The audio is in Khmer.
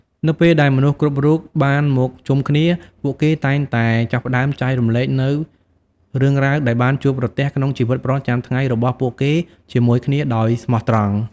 នៅពេលដែលមនុស្សគ្រប់រូបបានមកជុំគ្នា ពួកគេតែងតែចាប់ផ្ដើមចែករំលែកនូវរឿងរ៉ាវដែលបានជួបប្រទះក្នុងជីវិតប្រចាំថ្ងៃរបស់ពួកគេជាមួយគ្នាដោយស្មោះត្រង់។